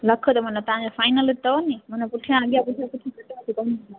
लख त माना तव्हांजो फाईनल अथव नि माना पुठियां अॻियां कुझु